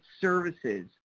services